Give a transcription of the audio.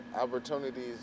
opportunities